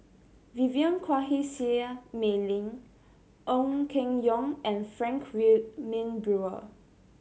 Vivien Quahe Seah Mei Lin Ong Keng Yong and Frank Wilmin Brewer